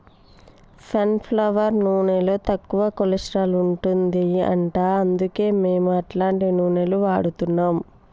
sun flower నూనెలో తక్కువ cholesterol ఉంటది అంట అందుకే మేము అట్లాంటి నూనెలు వాడుతున్నాం